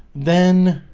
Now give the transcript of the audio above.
then